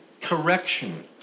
correction